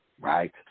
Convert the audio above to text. right